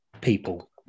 people